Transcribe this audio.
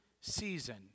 season